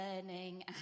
learning